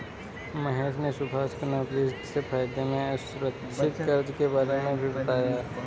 महेश ने सुभाष को नौकरी से फायदे में असुरक्षित कर्ज के बारे में भी बताया